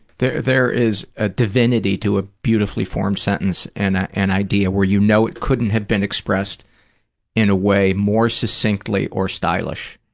there there is a divinity to a beautifully formed sentence and ah and idea, where you know it couldn't have been expressed in a way more succinctly or stylish.